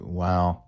wow